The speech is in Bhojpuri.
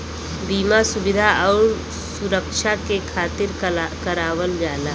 बीमा सुविधा आउर सुरक्छा के खातिर करावल जाला